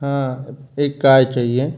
हाँ एक कार चाहिए